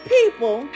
people